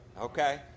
okay